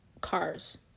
Cars